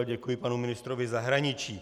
Děkuji panu ministrovi zahraničí.